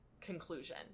conclusion